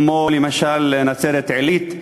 כמו למשל נצרת-עילית,